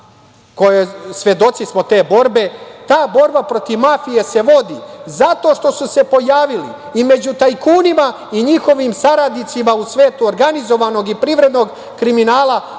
mafije, svedoci smo te borbe, ta borba protiv mafije se vodi zato što su se pojavili i među tajkunima i njihovim saradnicima u svetu organizovanog i privrednog kriminala